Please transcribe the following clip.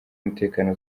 umutekano